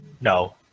No